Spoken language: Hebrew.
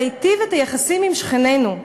להיטיב את היחסים עם שכנינו,